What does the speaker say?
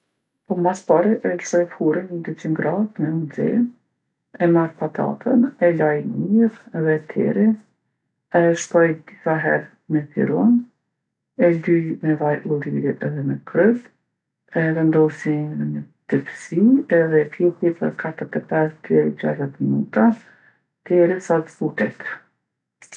Po mas pari e lshoj furrën n'dyqin gradë me u nxe. E marr patatën, e laj mirë edhe e terri. E shpoj disa here me pirun. E lyj me vaj ulliri edhe me kryp. E vendosi në ni tepsi edhe e pjeki për katërtepesë deri gjashdhet minuta derisa t'zbutet.